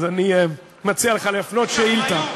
אז אני מציע לך להפנות שאילתה.